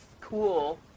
cool